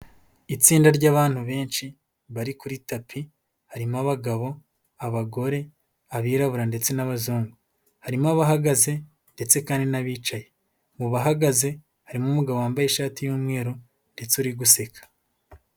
Itsinda ry'abantu benshi bari kuri tapi harimo abagabo, abagore, abirabura ndetse n'abazungu, harimo abahagaze ndetse kandi n'abicaye, mu bahagaze harimo umugabo wambaye ishati y'umweru ndetse uri guseka.